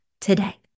today